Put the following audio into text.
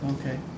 Okay